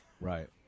Right